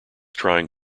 trying